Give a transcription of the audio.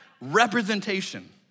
representation